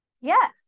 yes